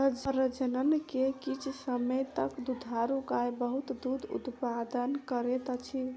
प्रजनन के किछ समय तक दुधारू गाय बहुत दूध उतपादन करैत अछि